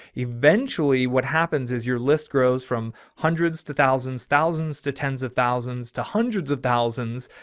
eventually what happens is your list grows from hundreds to thousands, thousands to tens of thousands, to hundreds of thousands.